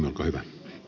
herra puhemies